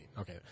Okay